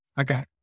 Okay